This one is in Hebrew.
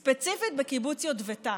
ספציפית, בקיבוץ יטבתה.